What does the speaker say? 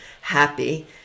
happy